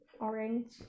orange